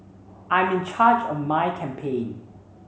I'm in charge of my campaign